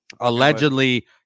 allegedly